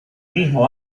mismo